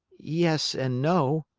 yes and no.